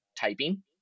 typing